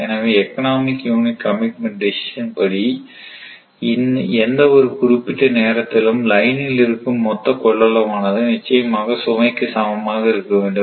எனவே economic unit commitment decision படி எந்த ஒரு குறிப்பிட்ட நேரத்திலும் லைனில் இருக்கும் மொத்த கொள்ளளவானது நிச்சயமாக சுமைக்கு சமமாக இருக்க வேண்டும்